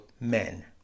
men